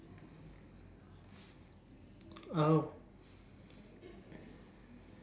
oh